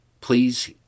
please